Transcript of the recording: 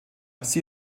sie